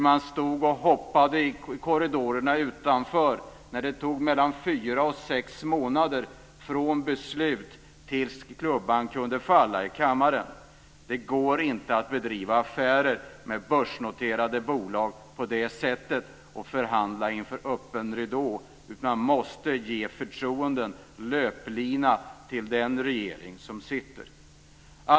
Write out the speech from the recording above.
Man stod och hoppade i korridorerna utanför, men det tog mellan fyra och sex månader från beslut till dess att klubban föll i kammaren. Det går inte att bedriva affärer med börsnoterade bolag på det sättet och förhandla inför öppen ridå. Man måste ge förtroende och löplina till den sittande regeringen.